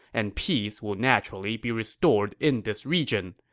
and peace will naturally be restored in this region.